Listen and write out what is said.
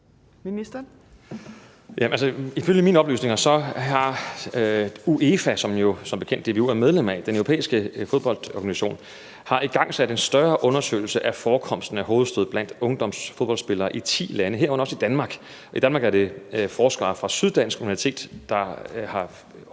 Heunicke): Ifølge mine oplysninger har UEFA, den europæiske fodboldorganisation, som DBU jo som bekendt er medlem af, igangsat en større undersøgelse af forekomsten af hovedstød blandt ungdomsfodboldspillere i 10 lande, herunder også i Danmark, og i Danmark er det forskere fra Syddansk Universitet, der følger